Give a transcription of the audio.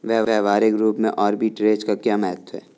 व्यवहारिक रूप में आर्बिट्रेज का क्या महत्व है?